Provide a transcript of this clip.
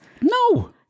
no